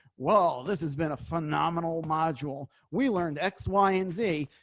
well, this has been a phenomenal module we learned x, y, and z.